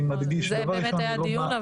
זה באמת היה הדיון,